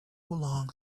long